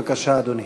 בבקשה, אדוני.